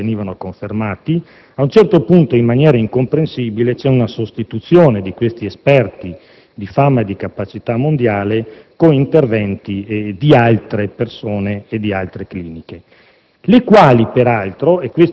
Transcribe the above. Questi dati, nella sostanza, venivano confermati. A un certo punto, in maniera incomprensibile, vi è una sostituzione di questi esperti di fama e di capacità mondiale con interventi di altre persone e di altre cliniche,